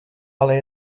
ale